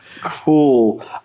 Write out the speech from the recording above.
Cool